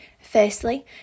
Firstly